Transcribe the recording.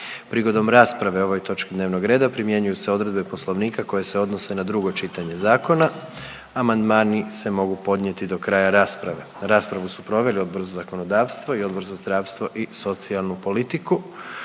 Prigodom rasprave o ovoj točki dnevnog reda primjenjuju se odredbe Poslovnika koje se odnose na drugo čitanje zakona. Amandmani se mogu podnijeti do kraja rasprave. Raspravu su proveli Odbor za zakonodavstvo i Odbor za zdravstvo i socijalnu politiku